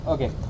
Okay